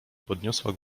podniosła